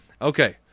Okay